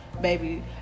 baby